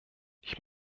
ich